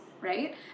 Right